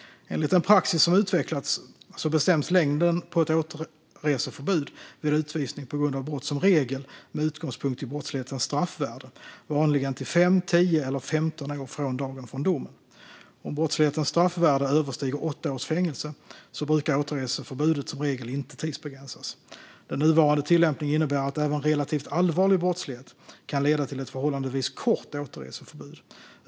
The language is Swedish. Enligt den praxis som utvecklats bestäms längden på ett återreseförbud vid utvisning på grund av brott som regel med utgångspunkt i brottslighetens straffvärde, vanligen till fem, tio eller femton år från dagen för domen. Om brottslighetens straffvärde överstiger åtta års fängelse brukar återreseförbudet som regel inte tidsbegränsas. Den nuvarande tillämpningen innebär att även relativt allvarlig brottslighet kan leda till ett förhållandevis kort återreseförbud.